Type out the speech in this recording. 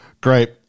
Great